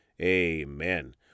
amen